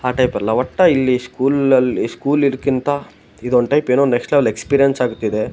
ಆ ಟೈಪೆಲ್ಲ ಒಟ್ಟಾ ಇಲ್ಲಿ ಸ್ಕೂಲಲ್ಲಿ ಸ್ಕೂಲ್ ಇದ್ಕಿಂತ ಇದೊಂದು ಟೈಪ್ ಏನೋ ನೆಕ್ಸ್ಟ್ ಲೆವೆಲ್ ಎಕ್ಸ್ಪೀರಿಯನ್ಸ್ ಆಗ್ತಿದೆ